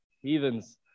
heathens